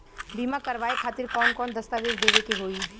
बीमा करवाए खातिर कौन कौन दस्तावेज़ देवे के होई?